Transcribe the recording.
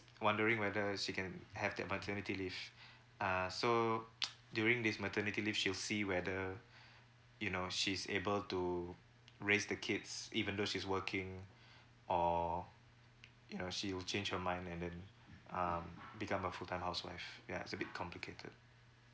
wondering whether she can have that maternity leave uh so during this maternity leave she'll see whether you know she's able to raise the kids even though she's working or you know she will change her mind and then um become a full time housewife ya it's a bit complicated